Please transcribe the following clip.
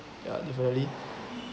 ya is already